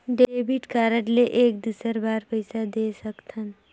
Debit card ले एक दुसर बार पइसा दे सकथन?